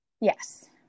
Yes